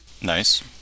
Nice